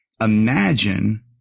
imagine